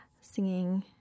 singing